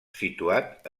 situat